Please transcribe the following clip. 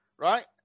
Right